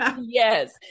Yes